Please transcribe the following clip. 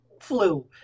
flu